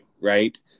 right